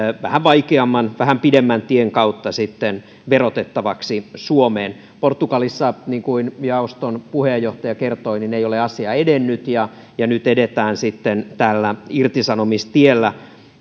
vähän vaikeamman vähän pidemmän tien kautta verotettaviksi suomeen portugalissa niin kuin jaoston puheenjohtaja kertoi ei ole asia edennyt ja ja nyt edetään sitten tällä irtisanomistiellä